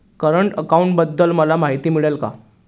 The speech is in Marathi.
करंट अकाउंटबद्दल मला माहिती मिळेल का?